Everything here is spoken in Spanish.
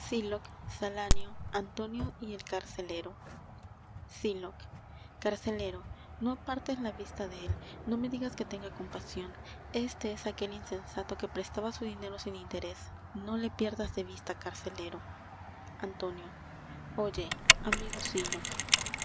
salanio antonio y el carcelero sylock carcelero no apartes la vista de él no me digas que tenga compasion éste es aquel insensato que prestaba su dinero sin interes no le pierdas de vista carcelero antonio oye amigo